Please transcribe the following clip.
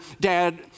dad